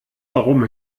warum